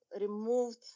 removed